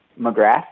McGrath